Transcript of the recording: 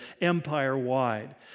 empire-wide